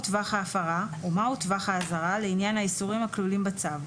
טווח ההפרה ומהו טווח האהרה לעניין האיסורים הכלולים בצו,